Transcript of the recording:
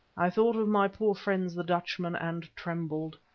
i thought of my poor friends the dutchmen, and trembled.